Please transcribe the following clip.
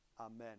Amen